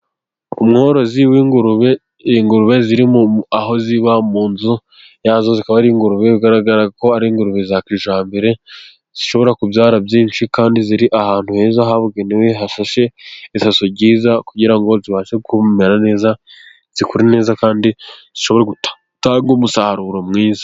Umworozi w'ingurube, ingurube ziri aho ziba mu nzu yazo, zikaba ari ingurube bigaragara ko ari ingurube za kijyambere, zishobora kubyara byinshi, kandi ziri ahantu heza habugenewe, hashashe isaso ryiza kugira ngo zibashe kumera neza zikure neza, kandi zishobore gutanga umusaruro mwiza.